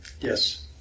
Yes